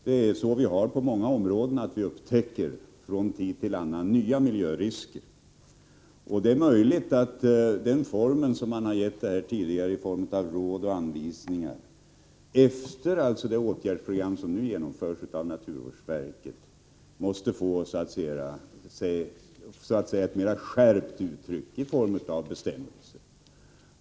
Det är så på många områden, att vi från tid till annan upptäcker nya miljörisker. Det är möjligt att den form man nu tillämpar — råd och anvisningar — efter det åtgärdsprogram som nu genomförs av naturvårdsverket måste få ett så att säga mer skärpt uttryck genom regler.